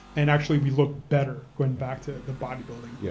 and actually we look better going back to the bodybuilding. yeah